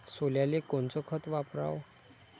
सोल्याले कोनचं खत वापराव?